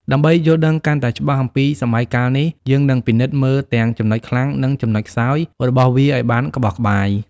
ដើម្បីយល់ដឹងកាន់តែច្បាស់អំពីសម័យកាលនេះ យើងនឹងពិនិត្យមើលទាំង ចំណុចខ្លាំង និង ចំណុចខ្សោយ របស់វាឱ្យបានក្បោះក្បាយ។